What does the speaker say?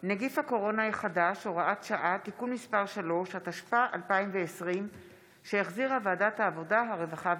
5 הודעת יושב-ראש ועדת הכנסת 5 איתן גינזבורג (יו"ר ועדת הכנסת):